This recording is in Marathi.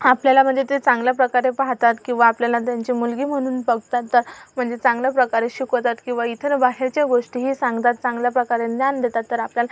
आपल्याला म्हणजे ते चांगल्याप्रकारे पाहतात किंवा आपल्याला त्यांची मुलगी म्हणून बघतात तर म्हणजे चांगल्याप्रकारे शिकवतात किंवा इतर बाहेरच्या गोष्टीही सांगतात चांगल्याप्रकारे ज्ञान देतात तर आपल्याला